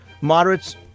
moderates